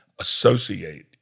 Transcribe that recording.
associate